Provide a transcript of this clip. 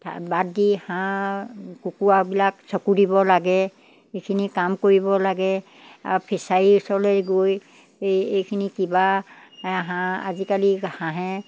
বাদ দি হাঁহ কুকুৰাবিলাক চকু দিব লাগে এইখিনি কাম কৰিব লাগে আৰু ফিছাৰী ওচৰলৈ গৈ এই এইখিনি কিবা এই হাঁহ আজিকালি হাঁহে